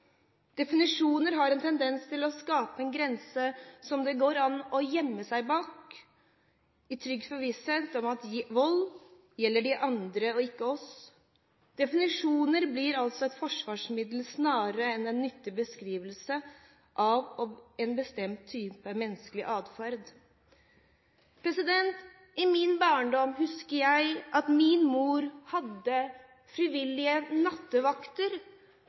Definisjoner har en tendens til å skape en grense det går an å gjemme seg bak, i trygg visshet om at vold gjelder de andre og ikke oss. Definisjoner blir altså et forsvarsmiddel snarere enn en nyttig beskrivelse av en bestemt type menneskelig atferd. Jeg husker at min mor i min barndom hadde frivillige nattevakter